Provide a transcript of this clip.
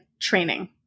training